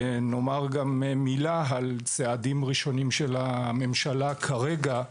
ונאמר גם מילה על צעדים ראשונים של הממשלה כרגע,